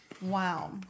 Wow